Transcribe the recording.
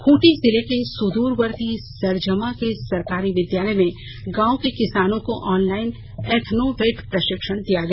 खूंटी जिले के सुदूरवर्ती सरजमा के सरकारी विद्यालय में गांव के किसानों को ऑनलाइन एथनोवेट प्रशिक्षण दिया गया